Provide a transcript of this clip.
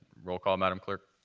roll call, madam clerk.